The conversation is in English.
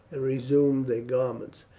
and resumed their garments.